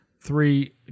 Three